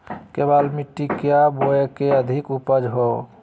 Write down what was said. केबाल मिट्टी क्या बोए की अधिक उपज हो?